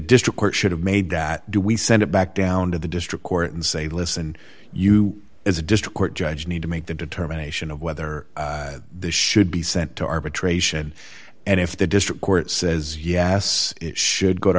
district court should have made that do we send it back down to the district court and say listen you as a district court judge need to make the determination of whether this should be sent to arbitration and if the district court says yes it should go to